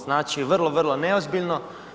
Znači vrlo, vrlo neozbiljno.